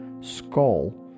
Skull